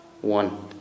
one